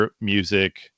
music